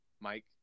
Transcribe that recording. Mike